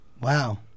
Wow